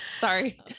sorry